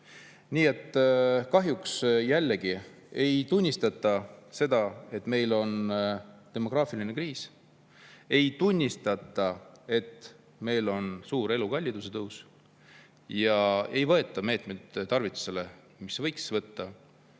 Nii et kahjuks jällegi ei tunnistata, et meil on demograafiline kriis. Ei tunnistata, et meil on suur elukalliduse tõus. Ei võeta tarvitusele meetmeid, mida võiks võtta.